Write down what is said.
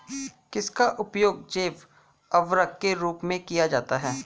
किसका उपयोग जैव उर्वरक के रूप में किया जाता है?